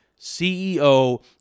CEO